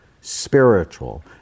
spiritual